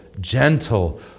gentle